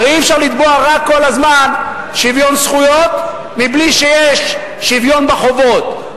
הרי אי-אפשר לתבוע כל הזמן רק שוויון זכויות בלי שיש שוויון בחובות,